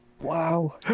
Wow